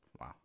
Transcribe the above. Wow